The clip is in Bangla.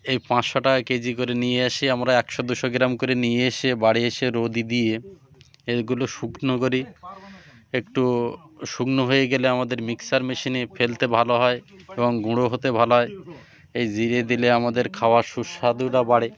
এই পাঁসশো টাকা কেজি করে নিয়ে এসে আমরা একশো দুশো গ্রাম করে নিয়ে এসে বাড়ি এসে রোদে দিয়ে এগুলো শুকনো করি একটু শুকনো হয়ে গেলে আমাদের মিক্সার মেশিনে ফেলতে ভালো হয় এবং গুঁড়ো হতে ভালো হয় এই জিরে দিলে আমাদের খাওয়ার সুস্বাদটা বাড়ে